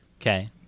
Okay